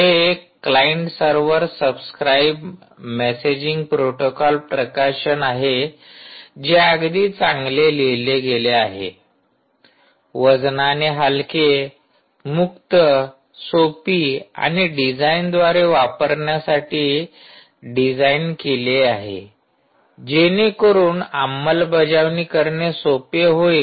हे एक client server subscribe messaging protocol प्रकाशन आहे जे अगदी चांगले लिहिले गेले आहे वजनाने हलके मुक्त सोपी आणि डिझाइन द्वारे वापरण्यासाठी डिझाइन केले आहे जेणेकरून अंमलबजावणी करणे सोपे होईल